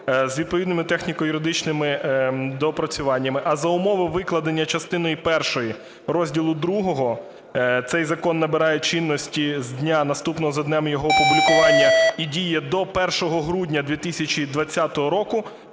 з відповідними техніко-юридичними доопрацюваннями. А за умови викладення частини першої розділу ІІ: "цей закон набирає чинності з дня наступного за днем його опублікування і діє до 1 грудня 2020 року",